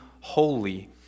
holy